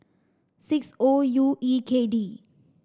six O U E K D